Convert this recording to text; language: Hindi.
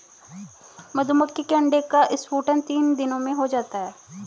मधुमक्खी के अंडे का स्फुटन तीन दिनों में हो जाता है